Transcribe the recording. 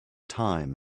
time